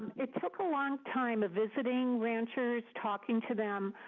it took a long time of visiting ranchers, talking to them,